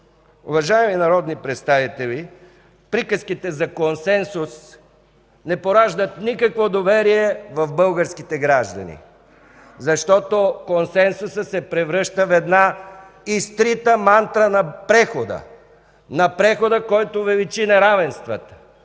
Уважаеми народни представители, приказките за консенсус не пораждат никакво доверие в българските граждани. Консенсусът се превръща в една изтрита мантра на прехода – на прехода, който увеличи неравенствата,